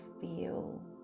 feel